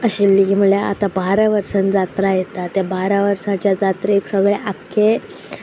आशिल्ली म्हणल्यार आतां बारा वर्सान जात्रा येता त्या बारा वर्साच्या जात्रेक सगळे आख्खे